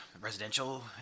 residential